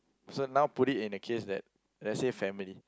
so now put it in a case that let's say family